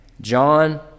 John